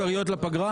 המימון.